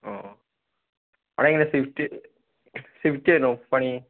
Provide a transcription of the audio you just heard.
ഓ അതെങ്ങനെയാ ഷിഫ്റ്റ് ഷിഫ്റ്റായിരുന്നോ പണി